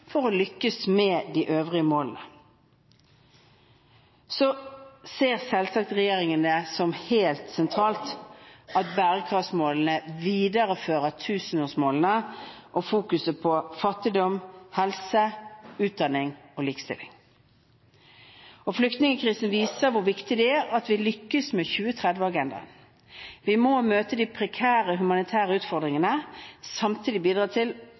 for å lykkes med de øvrige målene. Regjeringen ser det selvsagt også som helt sentralt at bærekraftsmålene viderefører tusenårsmålene og fokuset på fattigdom, helse, utdanning og likestilling. Flyktningkrisen viser hvor viktig det er at vi lykkes med 2030-agendaen. Vi må møte de prekære humanitære utfordringene og samtidig bidra til